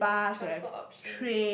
transport options